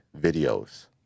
videos